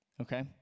okay